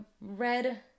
red